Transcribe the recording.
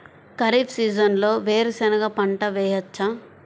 ఖరీఫ్ సీజన్లో వేరు శెనగ పంట వేయచ్చా?